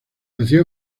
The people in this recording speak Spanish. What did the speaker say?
nació